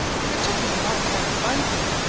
it took me a long time to find him.